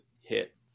hit